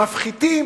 מפחיתים